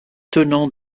tenants